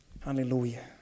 Hallelujah